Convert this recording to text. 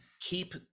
keep